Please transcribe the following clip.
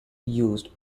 used